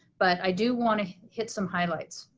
but i do wanna hit some highlights.